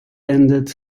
ended